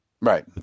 Right